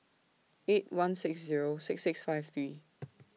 eight one six Zero six six five three